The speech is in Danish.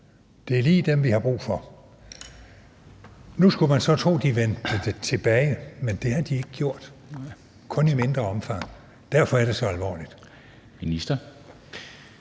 Det er lige dem, vi har brug for. Nu skulle man tro, at de kom tilbage, men det har de ikke gjort, kun i mindre omfang. Derfor er det så alvorligt.